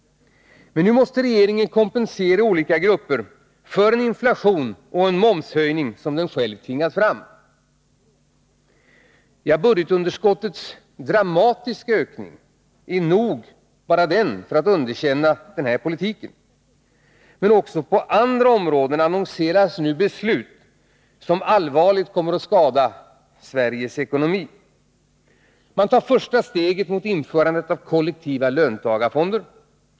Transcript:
Men nu måste regeringen kompensera olika grupper för en inflation och en momshöjning som den själv tvingat fram. Budgetunderskottets dramatiska ökning är i sig nog för att man skall underkänna regeringens politik. Men också på övriga områden annonseras nu beslut som allvarligt kommer att skada Sveriges ekonomi. Man tar första steget mot införandet av kollektiva löntagarfonder.